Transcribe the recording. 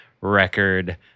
record